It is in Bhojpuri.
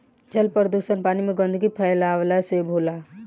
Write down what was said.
जल प्रदुषण पानी में गन्दगी फैलावला से होला